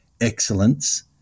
excellence